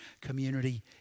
community